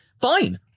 Fine